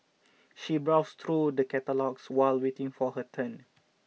she browsed through the catalogues while waiting for her turn